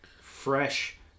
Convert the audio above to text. fresh